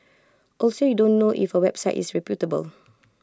also you don't know if A website is reputable